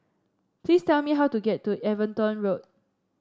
please tell me how to get to Everton Road